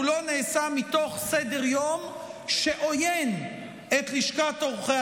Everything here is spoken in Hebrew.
והוא לא נעשה מתוך סדר-יום שעוין את לשכת עורכי